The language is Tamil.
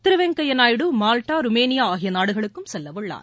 திரு வெங்கையா நாயுடு மால்டா ருமேனியா ஆகிய நாடுகளுக்கும் செல்லவுள்ளார்